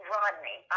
Rodney